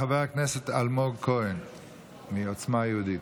חבר הכנסת אלמוג כהן מעוצמה יהודית,